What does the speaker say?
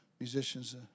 musicians